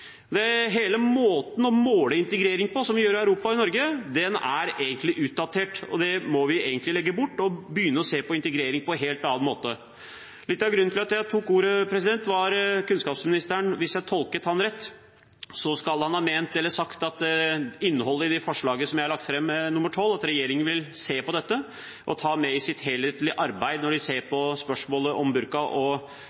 Hele måten å måle integrering på, som vi gjør i Europa og i Norge, er egentlig utdatert, og det må vi egentlig legge bort. Vi må begynne å se på integrering på en helt annen måte. Litt av grunnen til at jeg tok ordet, var at kunnskapsministeren, hvis jeg tolket ham rett, skal ha ment eller sagt at innholdet i det forslaget som jeg har lagt frem, nr. 12, vil regjeringen se på og ta med i sitt helhetlige arbeid når de ser